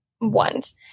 ones